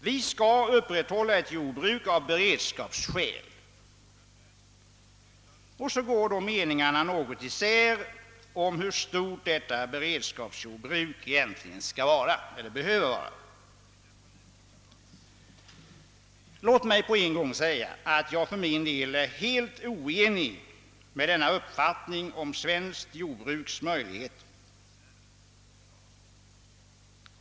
Vi skall upprätthålla ett jordbruk av beredskapsskäl, och meningarna går något isär om hur stort detta beredskapsjordbruk behöver vara. Låt mig på en gång säga att jag för min del är helt oenig med denna uppfattning om svenskt jordbruks möjligheter.